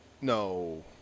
No